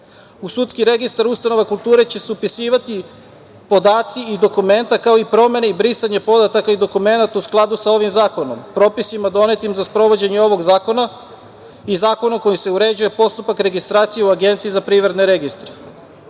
U sudski registar ustanova kulture će se upisivati podaci i dokumenta, kao i promena i brisanje podataka i dokumenata u skladu sa ovim zakonom, propisima donetim za sprovođenje ovog zakona i zakonom kojim se uređuje postupak administracije u APR.Na taj način će se